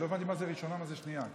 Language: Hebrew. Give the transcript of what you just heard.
מה זה ראשונה ומה זה שנייה?